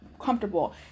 comfortable